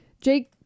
Jake